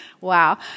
wow